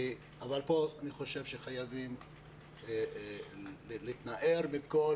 אבל פה אני חושב שחייבים להתנער מכל